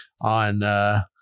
on